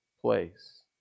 place